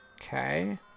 Okay